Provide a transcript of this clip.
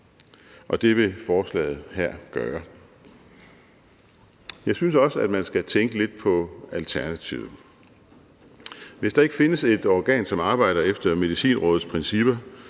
og det vil forslaget her gøre. Jeg synes også, at man skal tænke lidt på alternativet. Hvis der ikke findes et organ, som arbejder efter Medicinrådets principper,